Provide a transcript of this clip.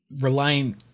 relying